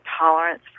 tolerance